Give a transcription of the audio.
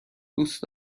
دوست